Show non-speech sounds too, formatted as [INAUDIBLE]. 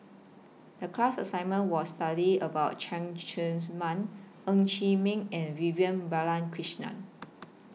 The class assignment was study about Cheng [UNINTELLIGIBLE] Man Ng Chee Meng and Vivian Balakrishnan